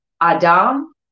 Adam